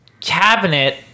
cabinet